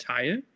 Teil